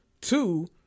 Two